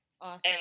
Awesome